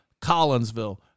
Collinsville